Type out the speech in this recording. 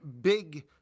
big